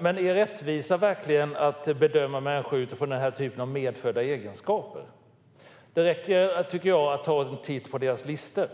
Men är rättvisa verkligen att bedöma människor utifrån den här typen av medfödda egenskaper? Det räcker att ta en titt på deras listor.